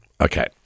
Okay